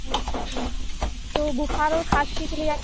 okay تو بخار اور کھانسی کے لیے آپ